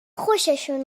خوششون